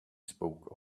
spoke